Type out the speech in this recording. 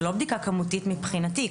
זה לא בדיקה כמותית מבחינתי.